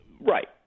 Right